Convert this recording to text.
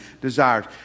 desires